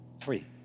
three